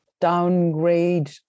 downgrade